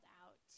out